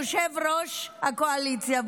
יושב-ראש הקואליציה,